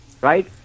Right